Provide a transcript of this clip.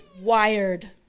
wired